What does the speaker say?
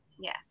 yes